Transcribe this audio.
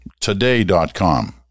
Today.com